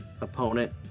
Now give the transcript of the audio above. opponent